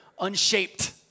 unshaped